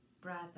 brother